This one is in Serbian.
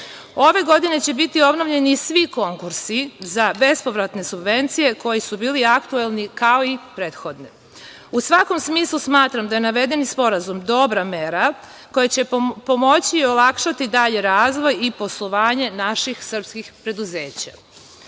godine će biti obnovljeni svi konkursi za bespovratne subvencije koji su bili aktuelni kao i prethodne.U svakom smislu smatram da je navedeni sporazum dobra mera koja će pomoći i olakšati dalji razvoj i poslovanje naših srpskih